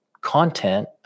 content